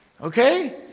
Okay